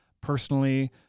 Personally